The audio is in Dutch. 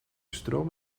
stroom